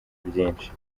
byinshi